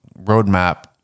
roadmap